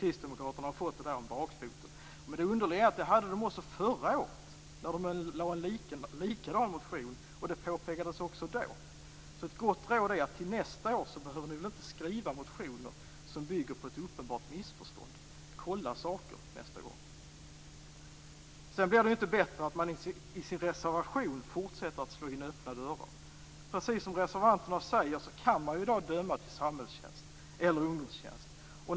Kristdemokraterna har fått det här om bakfoten. Det underliga är att det hade de också förra året när de lade en likadan motion. Det påpekades också då. Ett gott råd: Till nästa år behöver ni väl inte skriva motioner som bygger på ett uppenbart missförstånd. Kolla saker nästa gång! Sedan blir det inte bättre av att man i sin reservation fortsätter att slå in öppna dörrar. Precis som reservanterna säger kan man i dag döma till samhällstjänst eller ungdomstjänst.